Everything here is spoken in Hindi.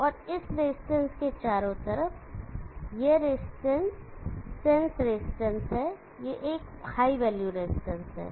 और इस रेजिस्टेंस के चारों तरफ यह रजिस्टेंस सेसं रजिस्टेंस है यह एक हाई वैल्यू रजिस्टेंस है